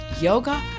yoga